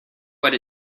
what